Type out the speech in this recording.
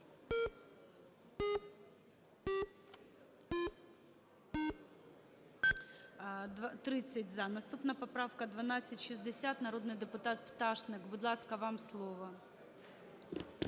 За-30 Наступна поправка – 1260, народний депутат Пташник. Будь ласка, вам слово.